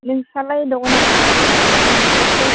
नोंसालाय दङ नामा आलासि एसामिसफोर